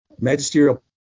magisterial